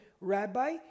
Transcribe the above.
Rabbi